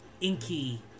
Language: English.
inky